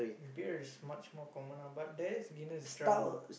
beer is much more common ah but there is Guinness draft